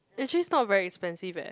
actually it's not very expensive eh